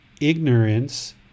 ignorance